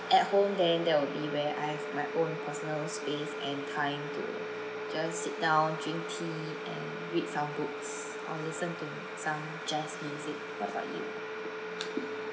at home then that will be where I my own personal space and time to just sit down drink tea and read some books or listen to some jazz music what about you ah mm